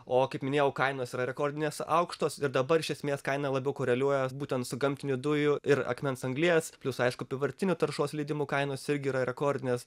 o kaip minėjau kainos yra rekordinės aukštos ir dabar iš esmės kaina labiau koreliuoja būtent su gamtinių dujų ir akmens anglies plius aišku apyvartinių taršos leidimų kainos irgi yra rekordinės